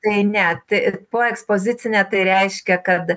tai ne poekspozicinė tai reiškia kad